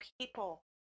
people